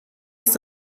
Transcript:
ist